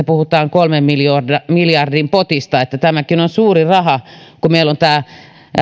puhutaan kolmen miljardin potista tämäkin on suuri raha kun meillä on tämä